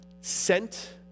sent